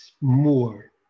more